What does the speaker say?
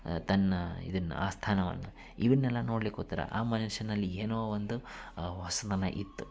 ತನ್ನ ಇದನ್ನು ಆಸ್ಥಾನವನ್ನು ಇವನ್ನೆಲ್ಲ ನೋಡ್ಲಿಕ್ಕೆ ಕೂತ್ರೆ ಆ ಮನುಷ್ಯನಲ್ಲಿ ಏನೋ ಒಂದು ಹೊಸತನ ಇತ್ತು